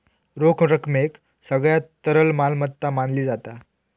रोख रकमेक सगळ्यात तरल मालमत्ता मानली जाता